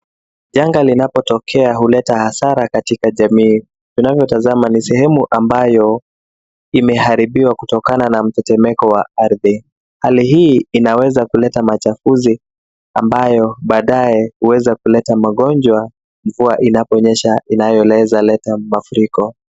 Janga linapotokea huleta hasara katika jamii. Tunavyotazama ni sehemu ambayo imeharibiwa kutokana na mtetemeko wa ardhi. Hali hii inaweza kuleta machafuzi ambayo baadaye huweza kuleta magonjwa mvua inaponyesha inayoweza kuleta mafuriko.